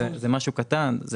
מציגים את זה כאילו שזה משהו קטן,